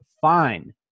Fine